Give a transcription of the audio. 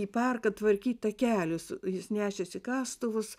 į parką tvarkyt takelius jis nešėsi kastuvus